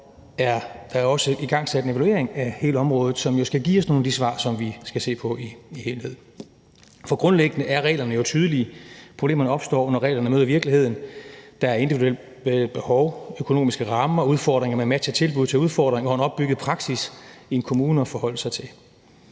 er der også igangsat en evaluering af hele området, som skal give os nogle af de svar, som vi skal se på i helhed. For grundlæggende er reglerne jo tydelige – problemerne opstår, når reglerne møder virkeligheden. Der er individuelle behov, økonomiske rammer, problemer med at matche tilbud til udfordringerne og en opbygget praksis i kommunerne at forholde sig til.